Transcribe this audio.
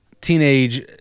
teenage